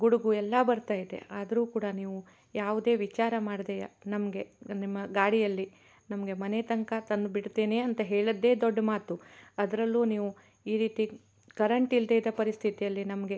ಗುಡುಗು ಎಲ್ಲ ಬರ್ತಾ ಇದೆ ಆದ್ರೂ ಕೂಡ ನೀವು ಯಾವುದೇ ವಿಚಾರ ಮಾಡ್ದೆ ನಮಗೆ ನಿಮ್ಮ ಗಾಡಿಯಲ್ಲಿ ನಮಗೆ ಮನೆ ತನಕ ತಂದು ಬಿಡ್ತೀನಿ ಅಂತ ಹೇಳಿದ್ದೇ ದೊಡ್ಡ ಮಾತು ಅದರಲ್ಲೂ ನೀವು ಈ ರೀತಿ ಕರಂಟ್ ಇಲ್ಲದೆ ಇದ್ದ ಪರಿಸ್ಥಿತಿಯಲ್ಲಿ ನಮಗೆ